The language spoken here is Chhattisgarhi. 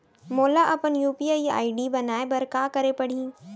मोला अपन यू.पी.आई आई.डी बनाए बर का करे पड़ही?